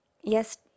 Yes